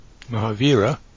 Mahavira